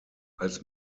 als